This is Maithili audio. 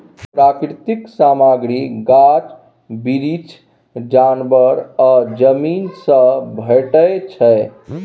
प्राकृतिक सामग्री गाछ बिरीछ, जानबर आ जमीन सँ भेटै छै